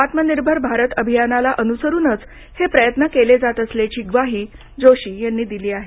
आत्मनिर्भर भारत अभियानाला अनुसरूनच हे प्रयत्न केले जात असल्याची ग्वाही जोशी यांनी दिली आहे